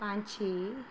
ਪੰਛੀ